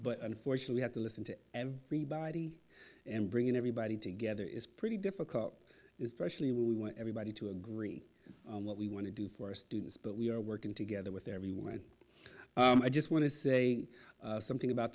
but unfortunately have to listen to everybody and bringing everybody together is pretty difficult especially we want everybody to agree what we want to do for our students but we are working together with everywhere i just want to say something about